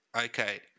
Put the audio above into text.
okay